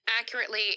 accurately